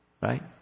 right